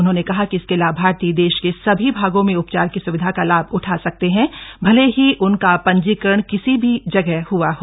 उन्होंने कहा कि इसके लाभार्थी देश के सभी भागों में उपचार की स्विधा का लाभ उठा सकते हैं भले ही उनका पंजीकरण किसी भी जगह हआ हो